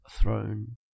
throne